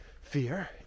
fear